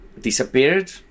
disappeared